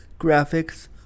graphics